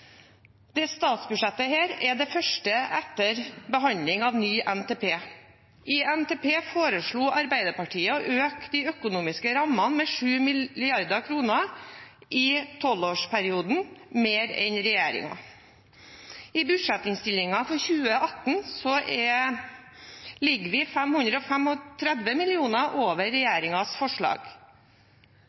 Dette statsbudsjettet er det første etter behandling av ny NTP. I NTP foreslo Arbeiderpartiet å øke de økonomiske rammene med 7 mrd. kr mer enn regjeringen i 12-årsperoden. I budsjettinnstillingen for 2018 ligger vi 535 mill. kr over regjeringens forslag. For framtiden er klima- og